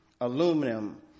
aluminum